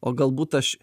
o galbūt aš